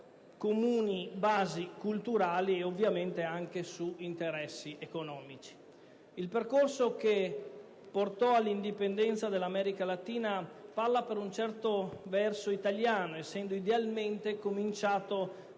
comuni basi culturali e ovviamente anche su interessi economici. Il percorso che portò all'indipendenza dell'America latina parla per un certo verso italiano, essendo idealmente cominciato